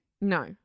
No